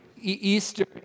Easter